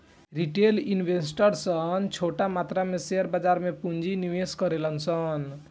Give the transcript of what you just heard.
retail investor सन छोट मात्रा में शेयर बाजार में पूंजी के निवेश करेले सन